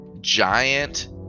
giant